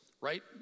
right